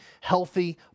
healthy